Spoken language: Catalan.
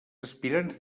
aspirants